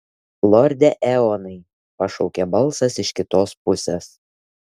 lorde eonai pašaukė balsas iš kitos pusės